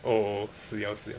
oh 死 liao 死 liao